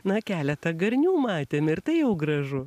na keletą garnių matėm ir tai jau gražu